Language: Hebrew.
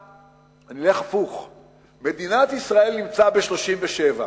מדינת ישראל נמצאת ב-37%,